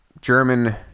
German